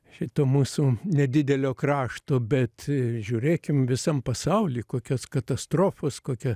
šito mūsų nedidelio krašto bet žiūrėkim visam pasauly kokios katastrofos kokia